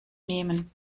nehmen